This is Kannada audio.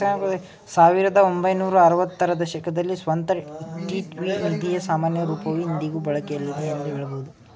ಸಾವಿರದ ಒಂಬೈನೂರ ಆರವತ್ತ ರ ದಶಕದಲ್ಲಿ ಸ್ವಂತ ಇಕ್ವಿಟಿ ನಿಧಿಯ ಸಾಮಾನ್ಯ ರೂಪವು ಇಂದಿಗೂ ಬಳಕೆಯಲ್ಲಿದೆ ಎಂದು ಹೇಳಬಹುದು